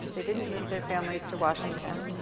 they didn't move their families to washington.